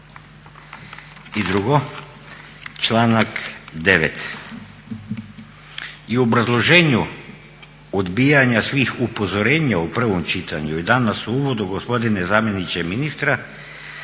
I drugo, članak 9. I u obrazloženju odbijanja svih upozorenja u prvom čitanju i danas u uvodu, gospodine zamjeniče ministra,